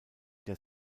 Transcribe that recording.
der